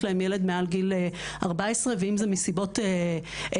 לה ילד מעל גיל 14 ואם זה מסיבות אחרות.